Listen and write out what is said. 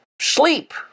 sleep